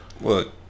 Look